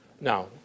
Now